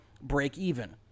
break-even